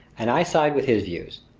and i side with his views.